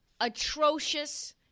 atrocious